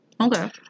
Okay